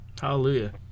Hallelujah